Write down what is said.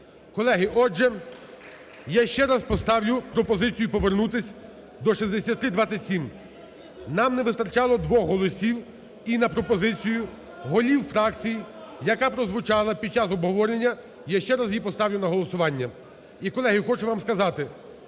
Колеги, отже, я ще раз поставлю пропозицію повернутись до 6327. Нам не вистачало двох голосів і на пропозицію голів фракцій, яка прозвучала під час обговорення, я ще раз її поставлю на голосування.